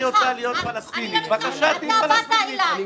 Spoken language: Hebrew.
אם היא רוצה להיות פלסטינית בבקשה --- אתה באת אלי.